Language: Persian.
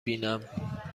بینم